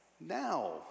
Now